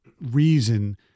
reason